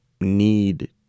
need